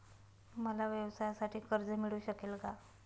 मला व्यवसायासाठी कर्ज मिळू शकेल का?